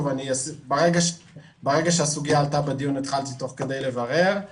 ברגע שהסוגיה עלתה בדיון התחלתי לברר תוך כדי.